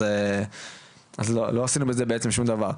אז לא עשינו בזה בעצם שום דבר.